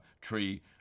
tree